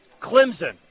Clemson